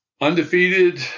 undefeated